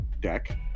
Deck